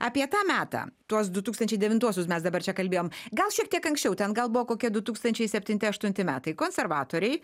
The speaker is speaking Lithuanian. apie tą metą tuos du tūkstančiai devintuosius mes dabar čia kalbėjom gal šiek tiek anksčiau ten gal buvo kokie du tūkstančiai septinti aštunti metai konservatoriai